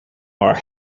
are